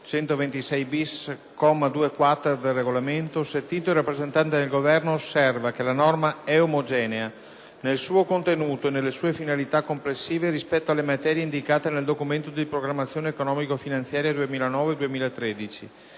2-quater, del Regolamento – sentito il rappresentante del Governo – osserva che la norma eomogenea, nel suo contenuto e nelle sue finalita complessive, rispetto alle materie indicate nel Documento di programmazione economico-finanziaria 2009-2013